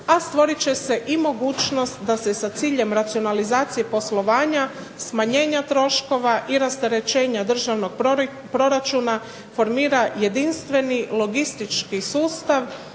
a stvorit će se i mogućnost da se s ciljem racionalizacije poslovanja, smanjenja troškova i rasterećenja državnog proračuna formira jedinstveni logistički sustav